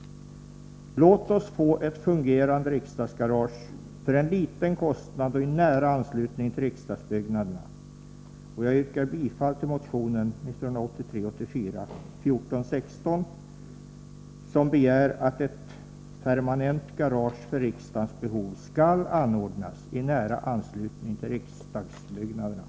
Låt oss få ett fungerande riksdagsgarage för en liten kostnad och i nära anslutning till riksdagsbyggnaderna! Jag yrkar bifall till motion 1983/84:1416, där det begärs att ett permanent garage för riksdagens behov skall anordnas i nära anslutning till riksdagsbyggnaderna.